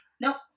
Nope